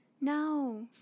No